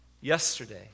Yesterday